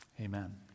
Amen